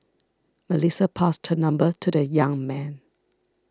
Melissa passed her number to the young man